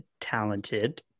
talented